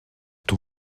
ton